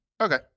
Okay